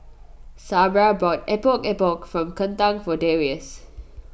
Sabra bought Epok Epok Kentang for Darrius